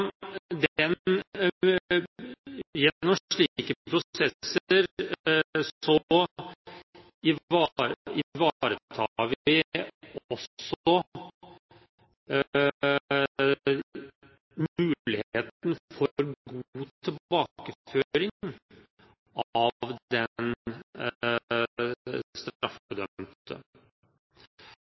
prosesser ivaretar vi også muligheten for god tilbakeføring av den straffedømte.